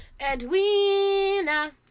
Edwina